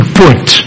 point